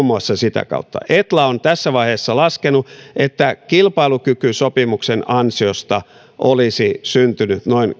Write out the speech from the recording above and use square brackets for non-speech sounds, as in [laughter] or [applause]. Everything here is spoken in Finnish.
[unintelligible] muassa sitä kautta etla on tässä vaiheessa laskenut että kilpailukykysopimuksen ansiosta olisi syntynyt noin